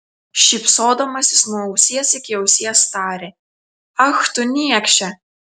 šypsodamasis nuo ausies iki ausies tarė ach tu niekše